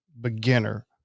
beginner